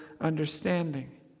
understanding